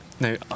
No